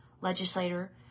legislator